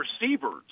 receivers